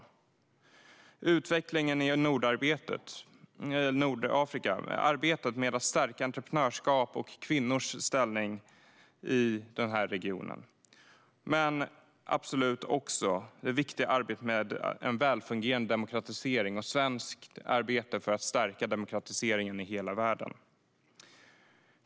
Jag skulle vilja tala om utvecklingen i Nordafrika och arbetet med att stärka entreprenörskap och kvinnors ställning i denna region men absolut också det viktiga arbetet med en välfungerade demokratisering och svenskt arbete för att stärka demokratiseringen i hela världen.